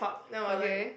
okay